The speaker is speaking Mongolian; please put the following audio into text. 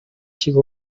шиг